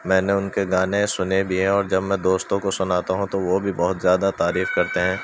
میں نے ان کے گانے سنے بھی ہیں اور جب میں دوستوں کو سناتا ہوں تو وہ بھی بہت زیادہ تعریف کرتے ہیں